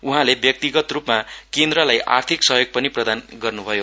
उहाँले व्यक्तिगतरूपमा केन्द्रलाई आर्थिक सहयोग पनि प्रदान गर्नुभयो